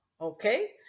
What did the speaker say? Okay